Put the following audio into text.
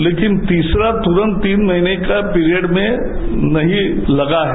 लेकिन तीसरा तुरन्त तीन महीने का पीरियड में नहीं लगा है